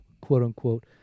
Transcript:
quote-unquote